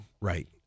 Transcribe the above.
Right